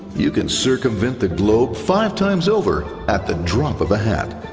you can circumvent the globe five times over at the drop of a hat,